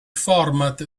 format